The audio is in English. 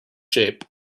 shape